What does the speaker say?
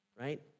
right